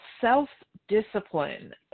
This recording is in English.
self-discipline